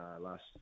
last